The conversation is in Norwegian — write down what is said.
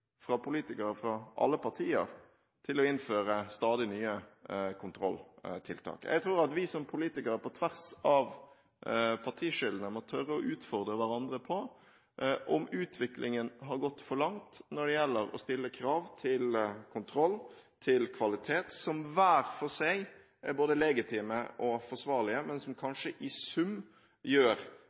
politikere fra alle partier – å innføre stadig nye kontrolltiltak. Jeg tror at vi som politikere – på tvers av partiskillene – må tørre å utfordre hverandre på om utviklingen har gått for langt når det gjelder å stille krav til kontroll og kvalitet, som hver for seg er både legitime og forsvarlige, men som kanskje i sum gjør